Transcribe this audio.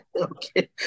Okay